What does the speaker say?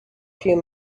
few